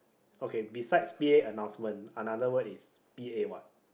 okay beside p_a annoucement another word is p_a what